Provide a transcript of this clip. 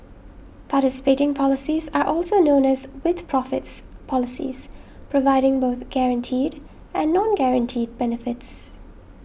participating policies are also known as 'with profits' policies providing both guaranteed and non guaranteed benefits